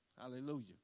Hallelujah